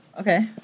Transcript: Okay